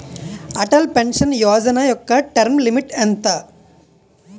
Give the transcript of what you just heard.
Atal pension Yojana యెక్క term limit ఎంత?